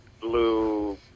blue